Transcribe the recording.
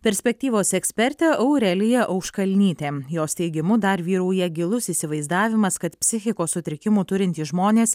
perspektyvos ekspertė aurelija auškalnytė jos teigimu dar vyrauja gilus įsivaizdavimas kad psichikos sutrikimų turintys žmonės